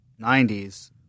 90s